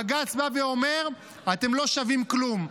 בג"ץ בא ואומר: אתם לא שווים כלום.